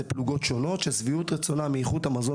אלה פלוגות שונות ששביעות רצונן מאיכות המזון